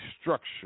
structure